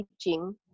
teaching